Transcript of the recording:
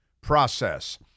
process